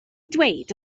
ddweud